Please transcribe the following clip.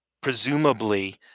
presumably